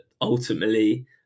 ultimately